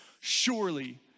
Surely